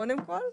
קודם כל,